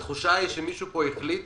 התחושה היא שמישהו החליט